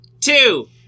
two